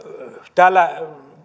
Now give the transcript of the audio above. täällä